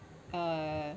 uh